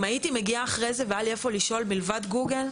אם אני הייתי מגיעה אחרי זה והיה לי איפה לשאול מלבד גוגל,